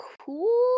cool